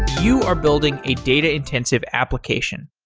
you are building a data-intensive application.